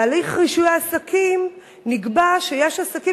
בהליך רישוי העסקים נקבע שיש עסקים